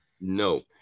No